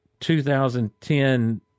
2010